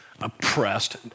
oppressed